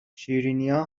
شیرینیا